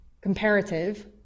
Comparative